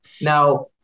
Now